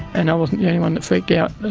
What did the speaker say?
and i wasn't the only one that freaked out,